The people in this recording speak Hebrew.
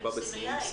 היא באה עם שמלה.